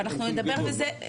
ואנחנו נדבר על זה.